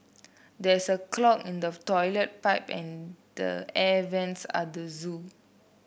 there is a clog in the toilet pipe and the air vents at the zoo